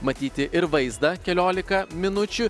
matyti ir vaizdą keliolika minučių